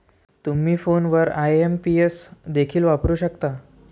तुम्ही फोनवर आई.एम.पी.एस देखील वापरू शकता